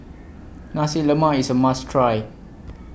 Nasi Lemak IS A must Try